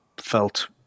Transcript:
felt